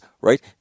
right